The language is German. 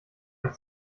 ein